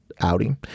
outing